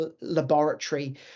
laboratory